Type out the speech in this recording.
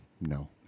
No